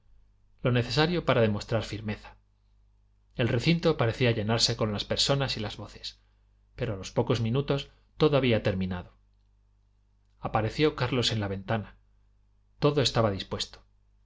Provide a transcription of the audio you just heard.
lo necesario para demostrar firmeza el recinto parecía llenarse con las personas y las voces pero a los pocos minutos todo había terminado apareció carlos en la ventana todo estaba dispuesto